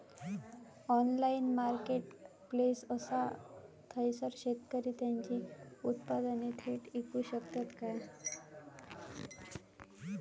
Online marketplace असा थयसर शेतकरी त्यांची उत्पादने थेट इकू शकतत काय?